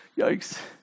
Yikes